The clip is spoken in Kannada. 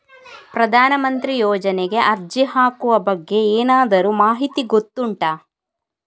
ಪ್ರಧಾನ ಮಂತ್ರಿ ಯೋಜನೆಗೆ ಅರ್ಜಿ ಹಾಕುವ ಬಗ್ಗೆ ಏನಾದರೂ ಮಾಹಿತಿ ಗೊತ್ತುಂಟ?